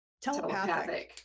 telepathic